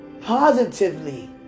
positively